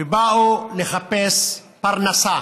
שבאו לחפש פרנסה.